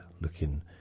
looking